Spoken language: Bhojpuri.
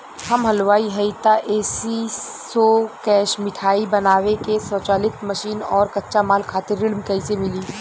हम हलुवाई हईं त ए.सी शो कैशमिठाई बनावे के स्वचालित मशीन और कच्चा माल खातिर ऋण कइसे मिली?